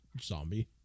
zombie